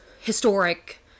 historic